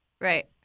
Right